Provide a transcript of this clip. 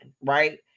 right